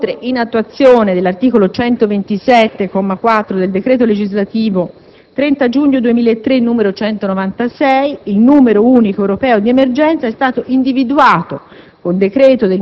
Inoltre, in attuazione dell'articolo 127, comma 4, del decreto legislativo 30 giugno 2003, n. 196, il numero unico europeo di emergenza è stato individuato,